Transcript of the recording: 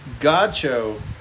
Gacho